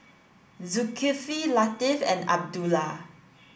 Zulkifli Latif and Abdullah